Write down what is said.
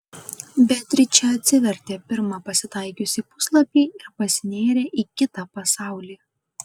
beatričė atsivertė pirmą pasitaikiusį puslapį ir pasinėrė į kitą pasaulį